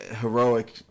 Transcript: heroic